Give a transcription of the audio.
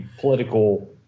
political